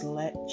let